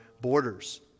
borders